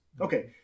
Okay